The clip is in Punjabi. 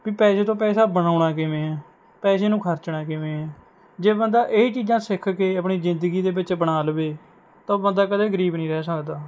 ਵੀ ਪੈਸੇ ਤੋਂ ਪੈਸਾ ਬਣਾਉਣਾ ਕਿਵੇਂ ਹੈ ਪੈਸੇ ਨੂੰ ਖਰਚਣਾ ਕਿਵੇਂ ਹੈ ਜੇ ਬੰਦਾ ਇਹ ਚੀਜ਼ਾਂ ਸਿੱਖ ਕੇ ਆਪਣੀ ਜ਼ਿੰਦਗੀ ਦੇ ਵਿੱਚ ਅਪਣਾ ਲਵੇ ਤਾਂ ਉਹ ਬੰਦਾ ਕਦੇ ਗਰੀਬ ਨਹੀਂ ਰਹਿ ਸਕਦਾ